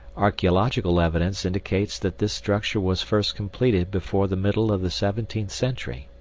archeological evidence indicates that this structure was first completed before the middle of the seventeenth century.